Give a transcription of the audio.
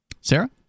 sarah